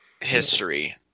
history